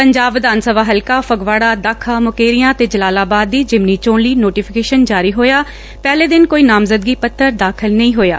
ਪੰਜਾਬ ਵਿਧਾਨ ਸਭਾ ਹਲਕਾ ਫਗਵਾਤਾ ਦਾਖਾ ਮੁਕੇਰੀਆ ਤੇ ਜਲਾਲਾਬਾਦ ਦੀ ਜ਼ਿਮਨੀ ਚੋਣ ਲਈ ਨੋਟੀਫੀਕੇਸ਼ਨ ਜਾਰੀ ਹੋਇਆ ਪਹਿਲੇ ਦਿਨ ਕੋਈ ਨਾਮਜ਼ਦਗੀ ਪੱਤਰ ਦਾਖਲ ਨਹੀਂ ਹੋਇਆ